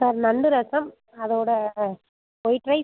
sir நண்டு ரசம் அதோடு white rice